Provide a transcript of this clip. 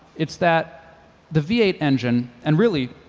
it's that the v eight engine, and really,